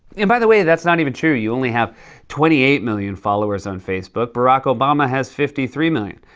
and by the way, that's not even true. you only have twenty eight million followers on facebook. barack obama has fifty three million.